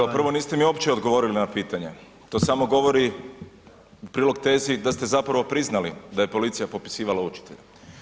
Kao prvo niste mi uopće odgovorili na ovo pitanje, to samo govori u prilog tezi da ste zapravo priznali da je policija popisivala učitelje.